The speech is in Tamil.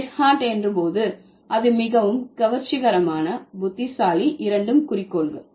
ரெட்ஹாட் என்று போது அது மிகவும் கவர்ச்சிகரமான புத்திசாலி இரண்டும் குறிக்கோள்கள்